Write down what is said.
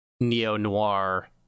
neo-noir